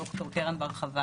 אני דוקטור קרן בר-חוה,